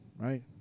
right